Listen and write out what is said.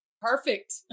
Perfect